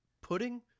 Pudding